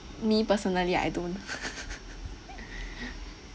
me personally I don't